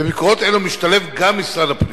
בביקורות אלו משתלב גם משרד הפנים,